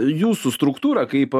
jūsų struktūrą kaip